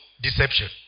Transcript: deception